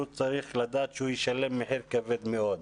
הוא צריך לדעת שהוא ישלם מחיר כבד מאוד.